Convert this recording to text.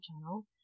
channel